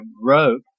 rope